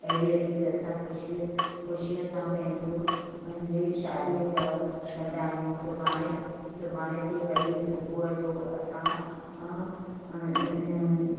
अहिड़ी रीति असां ख़ुशी ख़ुशी सां पंहिंजो मुंहिंजे शादीअ जा कंदा आहियूं सुभाणे सुभाणे ते वरी सुबुह जो असां हा